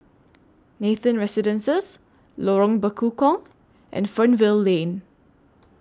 Nathan Residences Lorong Bekukong and Fernvale Lane